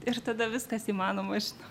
ir tada viskas įmanoma žino